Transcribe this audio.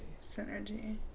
Synergy